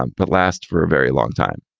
um but last for a very long time.